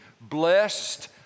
Blessed